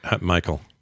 Michael